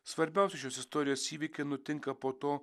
svarbiausi šios istorijos įvykiai nutinka po to